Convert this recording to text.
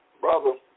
brother